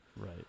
Right